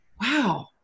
wow